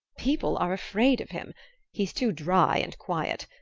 people are afraid of him he's too dry and quiet.